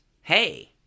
hey